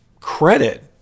credit